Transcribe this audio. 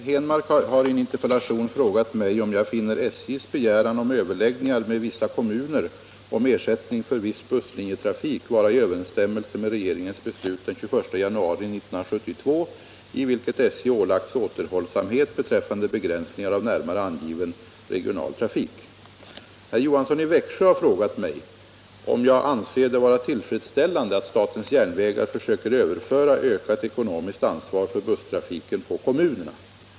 Herr talman! Herr Henmark har i en interpellation frågat mig, om jag finner SJ:s begäran om överläggningar med vissa kommuner om ersättning för viss busslinjetrafik vara i överensstämmelse med regeringens beslut den 21 januari 1972, i vilket SJ ålagts återhållsamhet beträffande begränsningar av närmare angiven regional trafik. Herr Johansson i Växjö har frågat mig, om jag anser det vara tillfredsställande att statens järnvägar försöker överföra ökat ekonomiskt ansvar för busstrafiken på kommunerna.